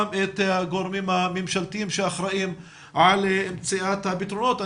את הגורמים הממשלתיים שאחראיים על מציאת הפתרונות.